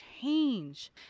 change